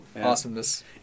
Awesomeness